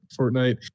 Fortnite